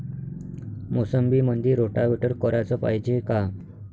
मोसंबीमंदी रोटावेटर कराच पायजे का?